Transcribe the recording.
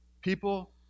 people